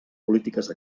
polítiques